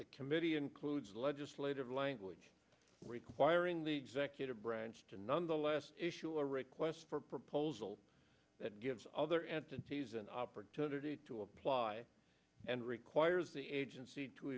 the committee includes legislative language requiring the executive branch to nonetheless issue a request for proposal that gives other entities an opportunity to apply and requires the agency to